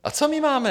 A co my máme?